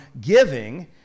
giving